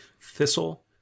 thistle